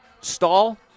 stall